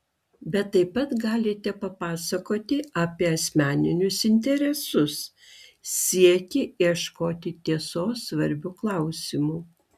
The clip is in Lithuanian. bet taip pat galite papasakoti apie asmeninius interesus siekį ieškoti tiesos svarbiu klausimu